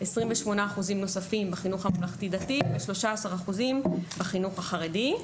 28% נוספים בחינוך הממלכתי-דתי ו-13% בחינוך החרדי.